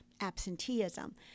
absenteeism